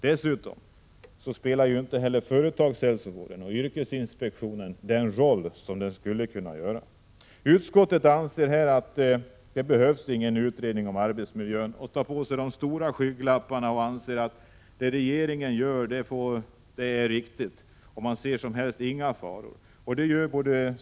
Dessutom spelar inte heller företagshälsovården och yrkesinspektionen den roll den skulle kunna göra. Utskottet anser att det inte behövs någon utredning om arbetsmiljön. Man tar på sig de stora skygglapparna och menar att det regeringen gör är riktigt. Man ser över huvud taget inga faror.